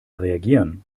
reagieren